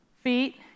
feet